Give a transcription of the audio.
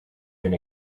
been